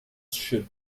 should